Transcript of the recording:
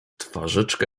twarzyczka